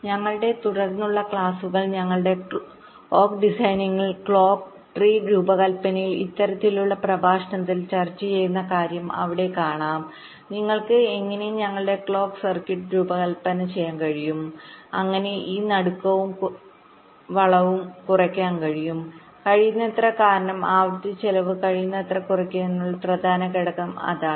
ഞങ്ങളുടെ തുടർന്നുള്ള ക്ലാസുകളിൽ ഞങ്ങളുടെ ക്ലോക്ക് ഡിസൈനിൽ ക്ലോക്ക് ട്രീ രൂപകൽപ്പനയിൽ ഇത്തരത്തിലുള്ള പ്രഭാഷണങ്ങളിൽ ചർച്ചചെയ്യുന്ന ഒരു കാര്യം അവിടെ കാണാം നിങ്ങൾക്ക് എങ്ങനെ ഞങ്ങളുടെ ക്ലോക്ക് സർക്യൂട്ട് രൂപകൽപ്പന ചെയ്യാൻ കഴിയും അങ്ങനെ ഈ സ്കയുവിനേയും ജിറ്റെറിനെയും കുറയ്ക്കാൻ കഴിയും കഴിയുന്നത്ര കാരണം ആവൃത്തി ചെലവ് കഴിയുന്നത്ര കുറയ്ക്കുന്നതിനുള്ള പ്രധാന ഘടകം അതാണ്